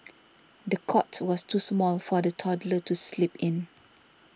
the cot was too small for the toddler to sleep in